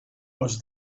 was